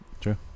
True